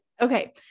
Okay